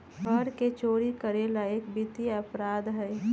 कर के चोरी करे ला एक वित्तीय अपराध हई